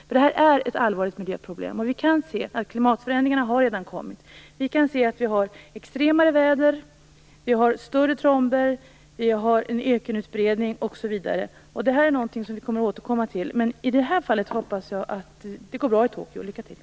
Detta är nämligen ett allvarligt miljöproblem, och vi kan se att klimatförändringarna redan har kommit. Vädret är extremare. Tromberna är större. Det är en ökenutbredning osv. Detta är något som vi kommer att återkomma till, men i det här fallet hoppas jag att det går bra i Kyoto. Lycka till!